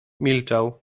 milczał